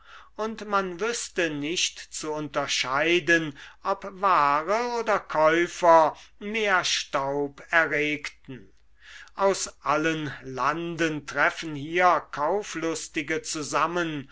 und man wüßte nicht zu unterscheiden ob ware oder käufer mehr staub erregten aus allen landen treffen hier kauflustige zusammen